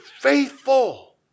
faithful